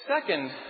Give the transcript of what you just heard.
second